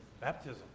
Baptism